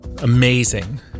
amazing